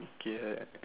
okay hack